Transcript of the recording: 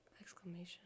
Exclamation